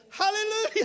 Hallelujah